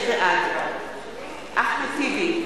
בעד אחמד טיבי,